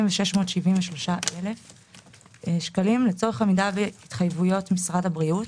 557.673 מיליוני שקלים לצורך עמידה בהתחייבויות משרד הבריאות.